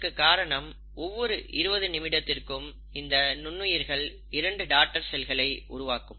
இதற்கு காரணம் ஒவ்வொரு 20 நிமிடத்திற்கும் இந்த நுண்ணுயிர்கள் இரண்டு டாடர் செல்களை உருவாக்கும்